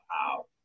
Wow